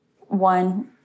one